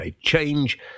Change